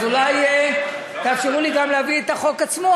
אז אולי תאפשרו לי גם להביא את החוק עצמו.